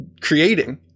creating